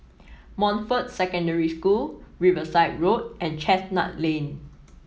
Montfort Secondary School Riverside Road and Chestnut Lane